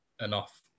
enough